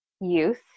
youth